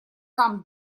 там